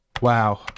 Wow